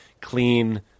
clean